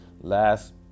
Last